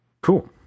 Cool